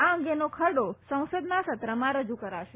આ અંગેનો ખરડો સંસદના સત્રમાં રજૂ કરાશે